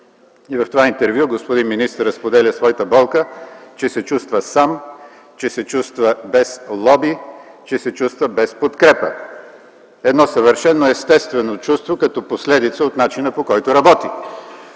И в това интервю господин министърът споделя своята болка, че се чувства сам, че се чувства без лоби, че се чувства без подкрепа – едно съвършено естествено чувство като последица от начина, по който работи.